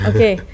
Okay